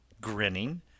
grinning